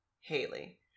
Haley